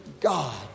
God